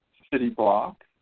city block